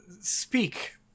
speak